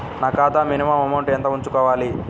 నా ఖాతా minimum amount ఎంత ఉంచుకోవాలి?